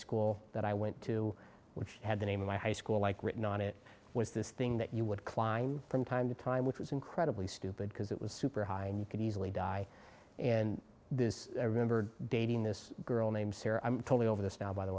school that i went to which had the name of my high school like written on it was this thing that you would climb from time to time which was incredibly stupid because it was super high and you could easily die and this i remember dating this girl named sarah i'm totally over this now by the